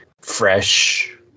fresh